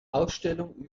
ausstellung